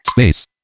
Space